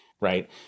right